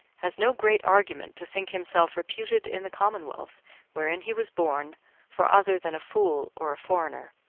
has no great argument to think himself reputed in the commonwealth wherein he was born for other than a fool or a foreigner.